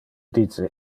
dice